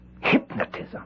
Hypnotism